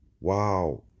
wow